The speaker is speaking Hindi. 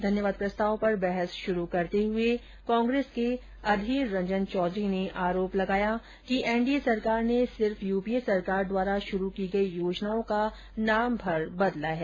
धन्यवाद प्रस्ताव पर बहस श्रू करते हए कांग्रेस के अधीर रंजन चौधरी ने आरोप लगाया कि एनडीए सरकार ने सिर्फ यूपीए सरकार द्वारा शुरू की गई योजनाओं का नाम भर बदला है